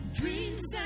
dreams